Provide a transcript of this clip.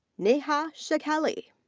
neha shakelly.